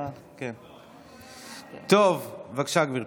בבקשה, גברתי.